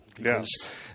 yes